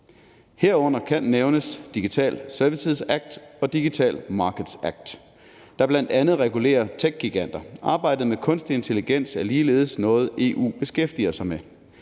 Herunder kan nævnes Digital Services Act og Digital Markets Act, der bl.a. regulerer techgiganter. Arbejdet med kunstig intelligens er ligeledes noget, EU beskæftiger sig med.